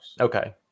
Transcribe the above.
Okay